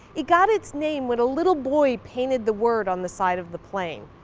it got its name when a little boy painted the word on the side of the plane.